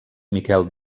miquel